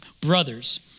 brothers